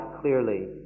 clearly